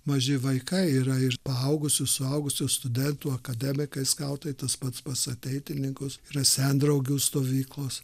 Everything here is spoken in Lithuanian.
maži vaikai yra ir suaugusių suaugusių studentų akademikai skautai tas pats pas ateitininkus ir sendraugių stovyklos